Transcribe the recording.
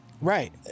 Right